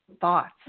thoughts